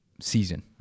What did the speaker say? season